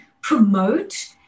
promote